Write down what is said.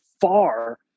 far